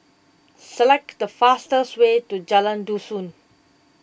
select the fastest way to Jalan Dusun